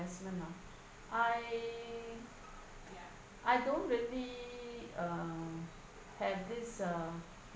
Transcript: ~vestment ah I I don't really um have this uh